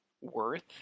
worth